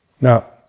Now